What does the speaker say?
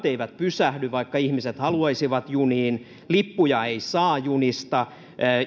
eivät pysähdy vaikka ihmiset haluaisivat juniin lippuja ei saa junista